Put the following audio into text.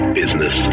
business